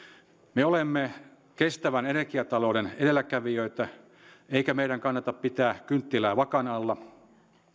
me olemme kestävän energiatalouden edelläkävijöitä eikä meidän kannata pitää kynttilää vakan alla